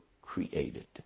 created